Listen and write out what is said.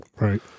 right